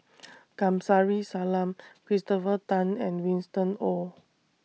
Kamsari Salam Christopher Tan and Winston Oh